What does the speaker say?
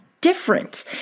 different